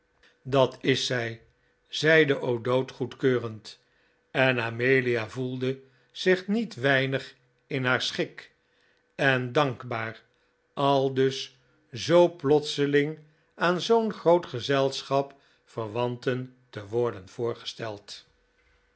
dat is zij zeide o'dowd goedkeurend en amelia voelde zich niet weinig in haar schik en dankbaar aldus zoo plotseling aan zoo'n groot gezelschap verwanten te worden voorgesteld